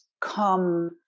come